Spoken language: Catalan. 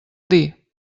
dir